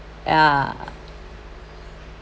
ya